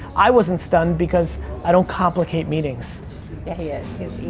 i wasn't stunned, because i don't complicate meetings. yeah, he is,